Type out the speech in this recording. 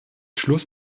schluss